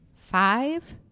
Five